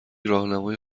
راهنمای